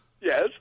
Yes